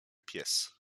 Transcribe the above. pies